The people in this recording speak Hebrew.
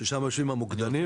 ששם יושבים המוקדנים,